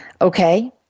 Okay